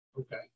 okay